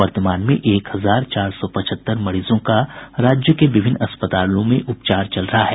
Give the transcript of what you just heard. वर्तमान में एक हजार चार सौ पचहत्तर मरीजों का राज्य के विभिन्न अस्पतालों में उपचार चल रहा है